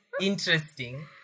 interesting